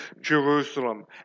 Jerusalem